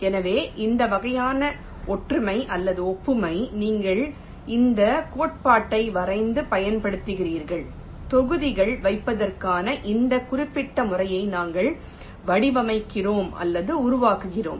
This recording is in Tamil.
எனவே இந்த வகையான ஒற்றுமை அல்லது ஒப்புமை நீங்கள் இந்த கோட்பாட்டை வரைந்து பயன்படுத்துகிறீர்கள் தொகுதிகள் வைப்பதற்கான இந்த குறிப்பிட்ட முறையை நாங்கள் வடிவமைக்கிறோம் அல்லது உருவாக்குகிறோம்